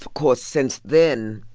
of course, since then,